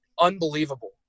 unbelievable